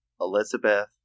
Elizabeth